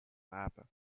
rapen